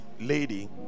lady